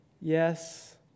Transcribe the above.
yes